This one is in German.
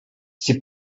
sie